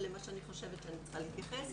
ולמה שאני חושבת שאני צריכה להתייחס,